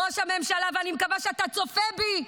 ראש הממשלה, אני מקווה שאתה צופה בי.